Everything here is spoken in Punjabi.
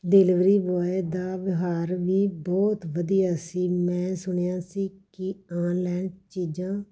ਡਿਲਵਰੀ ਬੁਆਏ ਦਾ ਵਿਹਾਰ ਵੀ ਬਹੁਤ ਵਧੀਆ ਸੀ ਮੈਂ ਸੁਣਿਆ ਸੀ ਕਿ ਆਨਲੈਨ ਚੀਜ਼ਾਂ